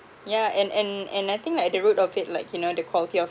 yeah and and and I think like the root of it like you know the quality of